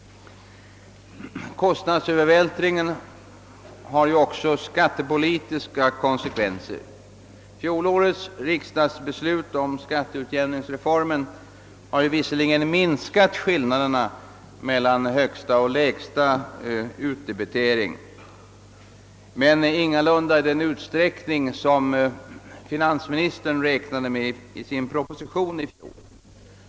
Kostnadsövervältringen har också skattepolitiska konsekvenser. Fjolårets riksdagsbeslut om skatteutjämningsreformen har visserligen minskat skillnaderna mellan högsta och lägsta utdebitering men ingalunda i den utsträckning, som finansministern räknade med i sin proposition föregående år.